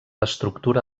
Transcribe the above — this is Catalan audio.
estructura